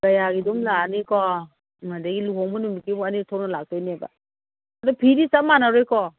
ꯑꯗꯨꯝ ꯂꯥꯛꯑꯅꯤꯀꯣ ꯑꯗꯒꯤ ꯂꯨꯍꯣꯡꯕ ꯅꯨꯃꯤꯠꯀꯤ ꯐꯥꯎ ꯑꯅꯤꯔꯛ ꯊꯣꯛꯅ ꯂꯥꯛꯇꯣꯏꯅꯦꯕ ꯑꯗꯣ ꯐꯤꯗꯤ ꯆꯞ ꯃꯥꯟꯅꯔꯣꯏꯀꯣ